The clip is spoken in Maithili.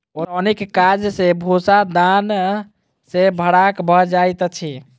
ओसौनीक काज सॅ भूस्सा दाना सॅ फराक भ जाइत अछि